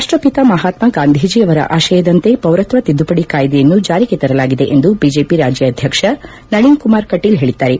ರಾಷ್ಷಬಿತ ಮಹಾತ್ನಾ ಗಾಂಧಿಜೀಯವರ ಆಶಯದಂತೆ ಪೌರತ್ವ ತಿದ್ದುಪಡಿ ಕಾಯ್ದೆಯನ್ನು ಜಾರಿಗೆ ತರಲಾಗಿದೆ ಎಂದು ಬಿಜೆಪಿ ರಾಜ್ಯಾಧ್ಯಕ್ಷ ನಳೀನ್ ಕುಮಾರ್ ಕಟೀಲ್ ಹೇಳಿದ್ದಾರೆ